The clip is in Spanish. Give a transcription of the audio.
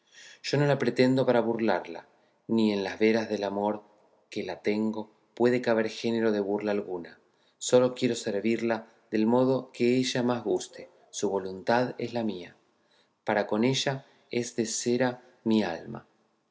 yo no la pretendo para burlalla ni en las veras del amor que la tengo puede caber género de burla alguna sólo quiero servirla del modo que ella más gustare su voluntad es la mía para con ella es de cera mi alma